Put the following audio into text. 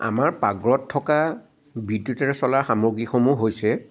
আমাৰ পাকঘৰত থকা বিদ্যূতৰে চলা সামগ্ৰীসমূহ হৈছে